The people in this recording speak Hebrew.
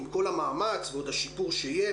עם כל המאמץ ועוד השיפור שיהיה,